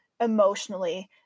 emotionally